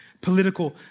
political